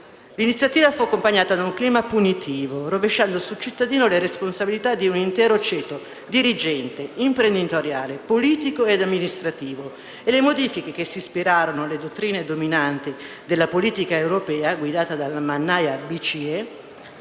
L'iniziativa fu accompagnata da un clima punitivo, rovesciando sul cittadino le responsabilità di un intero ceto dirigente, imprenditoriale, politico e amministrativo. E le modifiche che si ispirarono alle dottrine dominanti della politica europea guidata dalla mannaia BCE